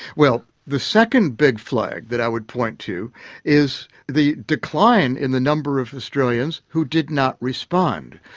well the second big flag that i would point to is the decline in the number of australians who did not respond.